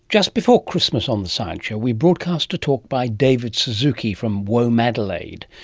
just before christmas on the science show, we broadcast a talk by david suzuki from womadelaide.